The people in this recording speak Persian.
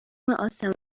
آسمانی